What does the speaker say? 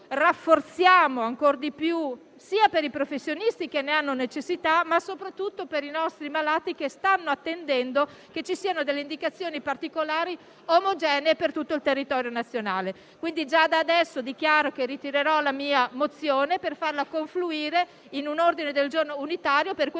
rafforziamo ancor di più il sistema per i professionisti che ne hanno necessità, ma soprattutto per i nostri malati che stanno attendendo che ci siano delle indicazioni particolari omogenee per tutto il territorio nazionale. Dichiaro quindi sin da ora che ritirerò la mia mozione per farla confluire in un ordine del giorno unitario. Ringrazio